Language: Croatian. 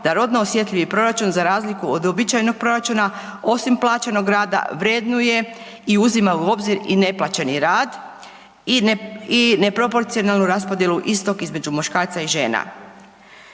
da rodno osjetljivi proračun za razliku od uobičajenog proračuna osim plaćenog rada vrednuje i uzima u obzir i neplaćeni rad i neproporcionalnu raspodjelu istog između muškarca i žena.